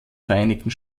vereinigten